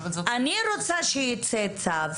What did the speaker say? אני רוצה שייצא צו.